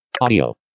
Audio